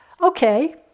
okay